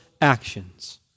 actions